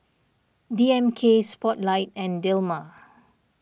D M K Spotlight and Dilmah